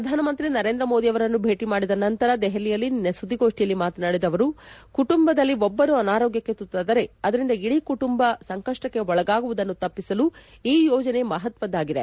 ಪ್ರಧಾನಮಂತ್ರಿ ನರೇಂದ್ರ ಮೋದಿ ಅವರನ್ನು ಭೇಟ ಮಾಡಿದ ನಂತರ ದೆಹಲಿಯಲ್ಲಿ ನಿನ್ನೆ ಸುದ್ದಿಗೋಷ್ಠಿಯಲ್ಲಿ ಮಾತನಾಡಿದ ಅವರು ಕುಟುಂಬದಲ್ಲಿ ಒಬ್ಬರು ಅನಾರೋಗ್ಟಕ್ಕೆ ತುತ್ತಾದರೆ ಅದರಿಂದ ಇಡೀ ಕುಟುಂಬ ಸಂಕಷ್ಟಕ್ಕೆ ಒಳಗಾಗುವುದನ್ನು ತಪ್ಪಿಸಲು ಈ ಯೋಜನೆ ಮಹತ್ವದ್ದಾಗಿದೆ